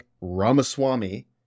Ramaswamy